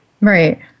Right